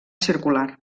circular